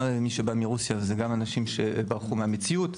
מי שבאים מרוסיה הם גם אנשים שברחו מהמציאות.